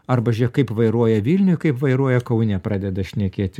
arba žiūrėk kaip vairuoja vilniuje kaip vairuoja kaune pradeda šnekėti